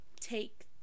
take